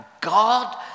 God